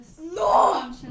No